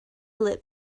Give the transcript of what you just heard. light